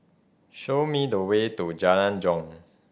show me the way to Jalan Jong